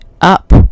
up